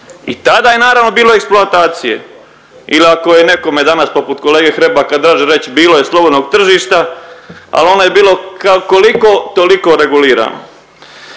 I tada je naravno bilo eksploatacije ili ako je nekome danas poput kolege Hrebaka draže reći bilo je slobodnog tržišta, ali je ono je bilo koliko toliko regulirano.